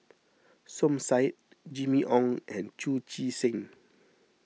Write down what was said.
Som Said Jimmy Ong and Chu Chee Seng